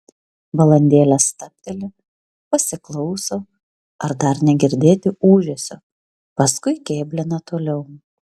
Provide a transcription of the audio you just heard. valandėlę stabteli pasiklauso ar dar negirdėti ūžesio paskui kėblina toliau